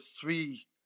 three